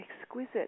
exquisite